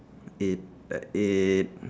eight uh eight